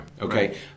okay